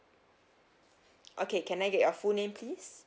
okay can I get your full name please